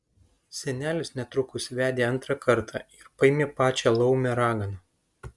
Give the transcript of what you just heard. senelis netrukus vedė antrą kartą ir paėmė pačią laumę raganą